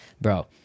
Bro